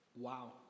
Wow